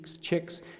chicks